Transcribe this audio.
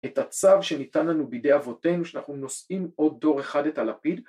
‫את הצו שניתן לנו בידי אבותינו, ‫שאנחנו נושאים עוד דור אחד את הלפיד.